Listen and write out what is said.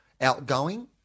outgoing